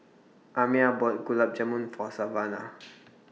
Amiah bought Gulab Jamun For Savana